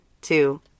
two